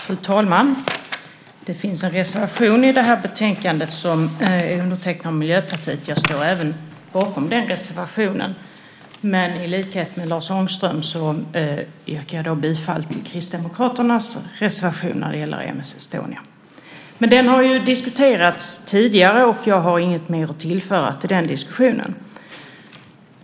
Fru talman! Det finns en reservation i det här betänkandet som är undertecknat av Miljöpartiet. Även jag står bakom reservationen. Men i likhet med Lars Ångström yrkar jag bifall till Kristdemokraternas reservation när det gäller M/S Estonia. Men den har ju diskuterats tidigare, och jag har inget mer att tillföra till den diskussionen.